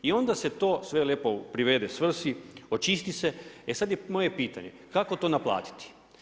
I onda se to sve lijepo privede svrsi, očisti se, e sad je moje pitanje, kako to naplatiti?